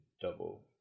double